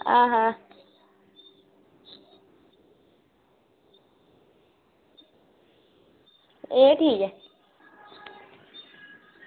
हां हां एह् ठीक ऐ